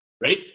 right